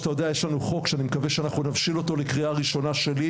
יש חוק שאני מקווה שנבשיל אותו לקריאה ראשונה שלי,